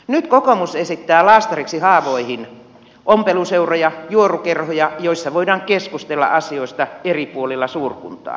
nyt kokoomus esittää laastariksi haavoihin ompeluseuroja juorukerhoja joissa voidaan keskustella asioista eri puolilla suurkuntaa